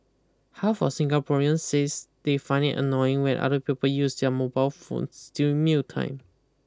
half of Singaporeans says they find it annoying when other people use their mobile phones during mealtime